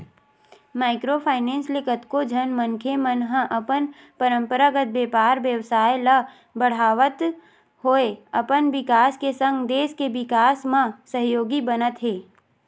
micro finance ले कतको झन मनखे मन ह अपन पंरपरागत बेपार बेवसाय ल बड़हात होय अपन बिकास के संग देस के बिकास म सहयोगी बनत हे